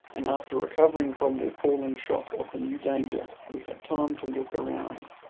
and after recovering from the appalling shock of the new danger we had time to look around.